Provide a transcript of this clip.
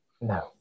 No